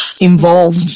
involved